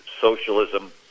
socialism